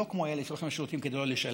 לא כמו אלה שהולכים לשירותים כדי לא לשלם,